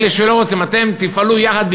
אלה שלא רוצים, אתם תפעלו יחד.